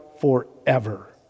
forever